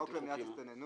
החוק על מניעת הסתננות,